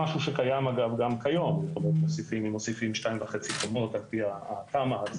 שאם מוסיפים שתיים וחצי קומות על פי התמ"א אז